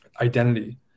identity